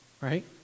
right